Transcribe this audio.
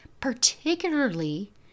Particularly